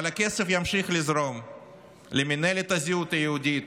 אבל הכסף ימשיך לזרום למינהלת הזהות היהודית,